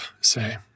say